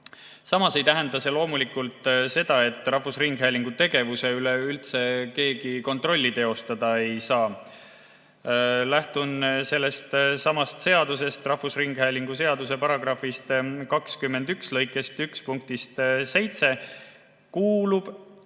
Samas ei tähenda see loomulikult seda, et rahvusringhäälingu tegevuse üle üldse keegi kontrolli teostada ei saa. Lähtun sellestsamast seadusest, Eesti Rahvusringhäälingu seaduse § 21 lõike 1 punktist 7, mille